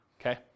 okay